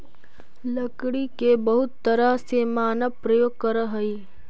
लकड़ी के बहुत तरह से मानव प्रयोग करऽ हइ